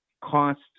cost